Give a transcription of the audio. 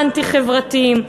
אנטי-חברתיים,